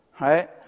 right